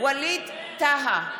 ווליד טאהא,